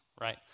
right